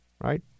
right